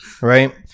right